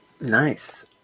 Nice